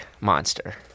monster